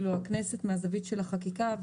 הכנסת מהזווית של החקיקה,